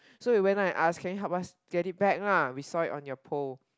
so we went down and ask can you help us get it back lah we saw it on your pole